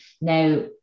now